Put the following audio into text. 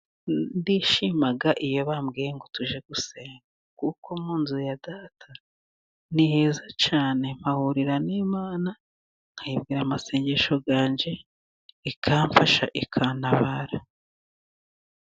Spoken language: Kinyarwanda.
Ndishima iyo bambwiye ngo tujye gusenga. Kuko mu nzu ya data ni heza cyane. Mpahurira n'Imana, nkayibwira amasengesho yanje, ikamfasha ikantabara.